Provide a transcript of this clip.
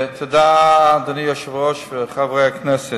אדוני היושב-ראש, תודה, חברי הכנסת,